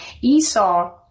Esau